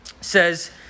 says